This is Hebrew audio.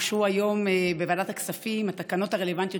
אושרו היום בוועדת הכספים התקנות הרלוונטיות